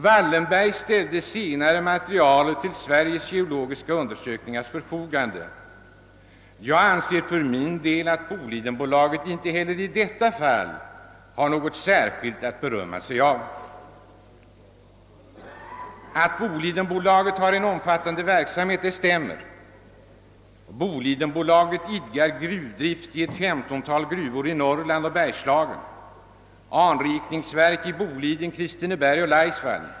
Wallenberg ställde senare materialet till Sveriges geologiska undersöknings förfogande. Jag anser att Bolidenbolaget inte heller i detta avseende har något särskilt att berömma sig av. Att Bolidenbolaget bedriver en omfattande verksamhet stämmer. Bolidenbolaget idkar gruvdrift i ett femtontal gruvor i Norrland och Bergslagen, anrikningsverk i Boliden, Kristineberg och Laisvall.